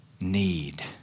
need